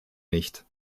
nicht